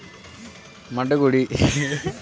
పది లీటర్ల ఆవు పాల రేటు ఎంత?